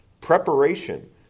preparation